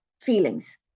feelings